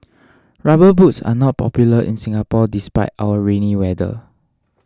rubber boots are not popular in Singapore despite our rainy weather